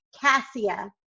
Cassia